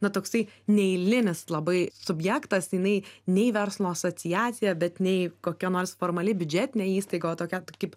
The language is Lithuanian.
ne toksai neeilinis labai subjektas jinai nei verslo asociacija bet nei kokia nors formali biudžetinė įstaiga o tokia kaip